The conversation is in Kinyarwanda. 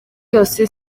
yose